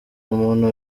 umuntu